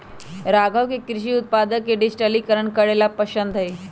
राघव के कृषि उत्पादक के डिजिटलीकरण करे ला पसंद हई